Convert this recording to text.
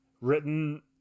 written